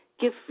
Give